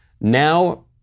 now